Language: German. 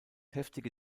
heftige